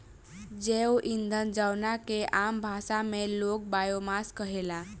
जैव ईंधन जवना के आम भाषा में लोग बायोमास कहेला